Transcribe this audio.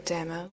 Demo